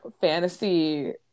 fantasy